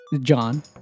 John